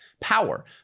power